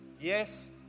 Yes